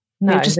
No